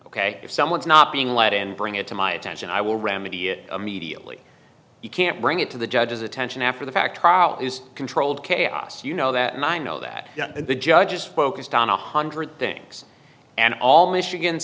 ok if someone's not being let in bring it to my attention i will remedy it immediately you can't bring it to the judge's attention after the fact is controlled chaos you know that and i know that the judge is focused on one hundred things and all michigan